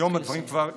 היום הדברים כבר השתנו.